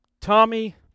Tommy